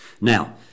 Now